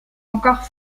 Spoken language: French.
encore